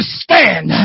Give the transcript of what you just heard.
stand